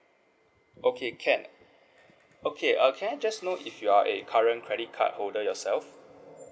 okay can okay err can I just know if you are a current credit card holder yourself